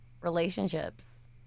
relationships